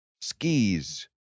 skis